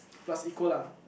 plus equal lah